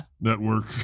Network